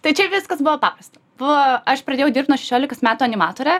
tai čia viskas buvo paprasta buvo aš pradėjau dirbt nuo šešiolikos metų animatore